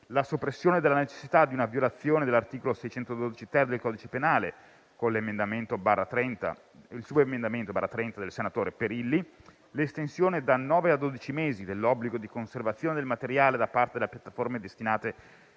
la soppressione della necessità di una violazione dell'articolo 612-*ter* del codice penale, con il subemendamento 9.100/30 a prima firma del senatore Perilli; l'estensione da nove a dodici mesi dell'obbligo di conservazione del materiale da parte delle piattaforme destinatarie